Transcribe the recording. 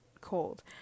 cold